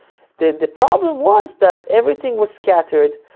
the the problem was that everything was scattered.